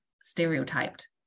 stereotyped